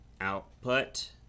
Output